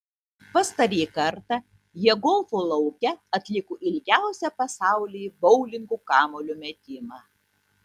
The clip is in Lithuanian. pastarąjį kartą jie golfo lauke atliko ilgiausią pasaulyje boulingo kamuolio metimą